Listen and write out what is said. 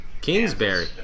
Kingsbury